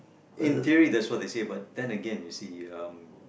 in theory that's what they say but then again you see